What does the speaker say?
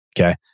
Okay